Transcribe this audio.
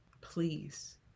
please